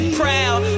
proud